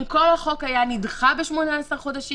אם כל החוק היה נדחה ב-18 חודשים,